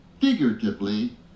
figuratively